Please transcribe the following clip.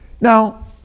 Now